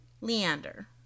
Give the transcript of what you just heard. Leander